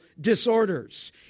Disorders